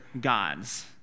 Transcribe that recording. gods